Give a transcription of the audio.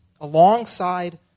alongside